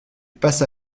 passa